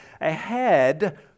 ahead